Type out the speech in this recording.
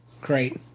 Great